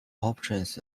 options